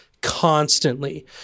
constantly